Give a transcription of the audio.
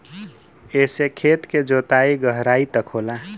एसे खेत के जोताई गहराई तक होला